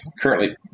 Currently